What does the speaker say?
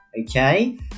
Okay